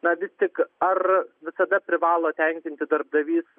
na vis tik ar visada privalo tenkinti darbdavys